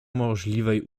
możliwej